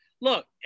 Look